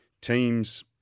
teams